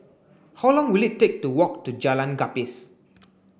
how long will it take to walk to Jalan Gapis